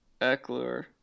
Eckler